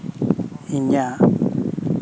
ᱤᱧᱟᱹᱜ